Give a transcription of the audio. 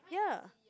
ya